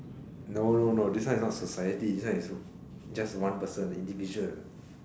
no no no this one is not society this one is just one person individual